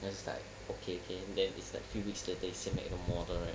then he's like okay okay then is like few weeks later he send back the model right